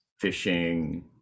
fishing